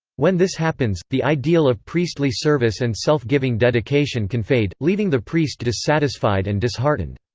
when this happens, the ideal of priestly service and self-giving dedication can fade, leaving the priest dissatisfied and disheartened.